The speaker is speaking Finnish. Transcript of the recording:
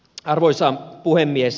arvoisa puhemies